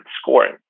scoring